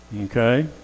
Okay